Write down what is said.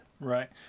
right